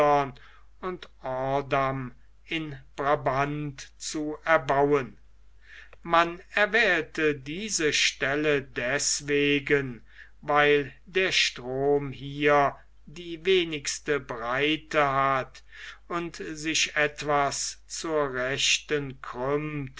und ordam in brabant zu erbauen man erwählte diese stelle deßwegen weil der strom hier die wenigste breite hat und sich etwas zur rechten krümmt